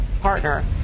partner